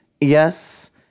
yes